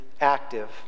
active